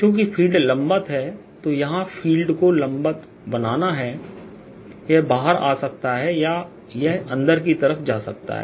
चूंकि फ़ील्ड लंबवत है जो यहां फ़ील्ड को लंबवत बनाता है यह बाहर आ सकता है या यह अंदर की तरफ जा सकता है